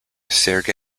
serge